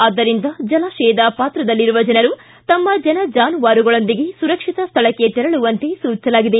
ಆದ್ದರಿಂದ ಜಲಾಶಯದ ಪಾತ್ರದಲ್ಲಿರುವ ಜನರು ತಮ್ಮ ಜನ ಜಾನುವಾರುಗಳೊಂದಿಗೆ ಸುರಕ್ಷಿತ ಸ್ವಳಕ್ಕೆ ತೆರಳುವಂತೆ ಸೂಚಿಸಲಾಗಿದೆ